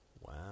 Wow